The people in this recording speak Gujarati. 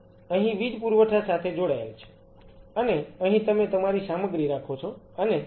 અને અહીં તમે તમારી સામગ્રી રાખો છો